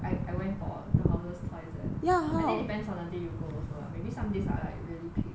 I I went for the houses twice eh I think depends on the day you go also lah maybe some days are like really peak